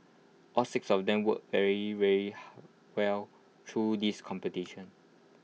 all six of them worked really really well through this competition